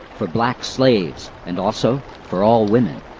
for black slaves, and also for all women.